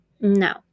No